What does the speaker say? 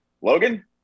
Logan